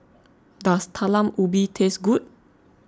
does Talam Ubi taste good